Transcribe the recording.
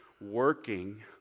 working